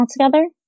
altogether